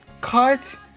cut